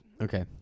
Okay